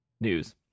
news